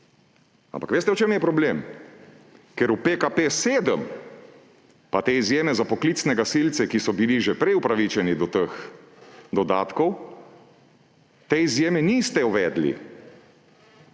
veste, v čem je problem? Ker v PKP7 pa te izjeme za poklicne gasilce, ki so bili že prej upravičeni do teh dodatkov, niste uvedli.